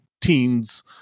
teens